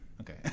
Okay